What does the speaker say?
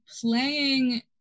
playing